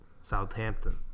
Southampton